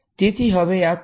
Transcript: તેથી હવે આ કઈ રીતે છે